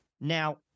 Now